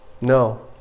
No